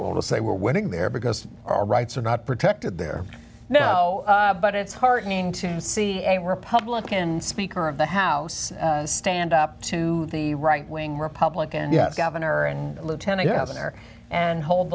will say we're winning there because our rights are not protected there now but it's heartening to see a republican speaker of the house stand up to the right wing republican governor and lieutenant governor and hold